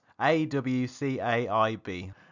a-w-c-a-i-b